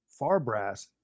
Farbrass